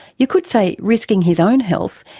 you could say risking his own health,